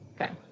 Okay